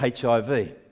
HIV